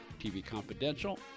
tvconfidential